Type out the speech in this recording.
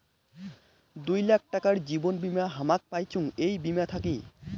দুই লাখ টাকার জীবন বীমা হামাক পাইচুঙ এই বীমা থাকি